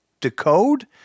Decode